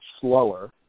slower